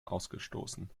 ausgestoßen